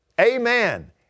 Amen